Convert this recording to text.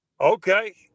okay